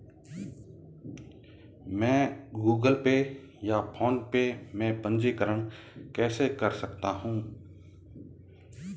मैं Google Pay या PhonePe में पंजीकरण कैसे कर सकता हूँ?